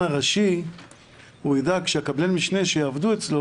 הראשי ידאג שקבלן המשנה שאצלו יעבדו,